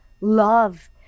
love